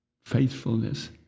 faithfulness